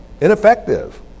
Ineffective